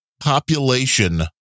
Population